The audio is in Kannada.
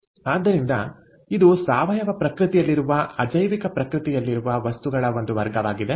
ಆದ್ದರಿಂದ ಇದು ಸಾವಯವ ಪ್ರಕೃತಿಯಲ್ಲಿರುವ ಅಜೈವಿಕ ಪ್ರಕೃತಿಯಲ್ಲಿರುವ ವಸ್ತುಗಳ ಒಂದು ವರ್ಗವಾಗಿದೆ